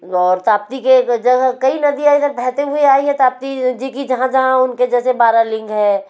और ताप्ती के जगह कई नदियाँ इधर बेहते हुए आई हैं ताप्ती जी की जहाँ जहाँ उनके जैसे बारह लिंग हैं